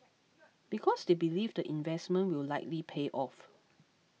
because they believe the investment will likely pay off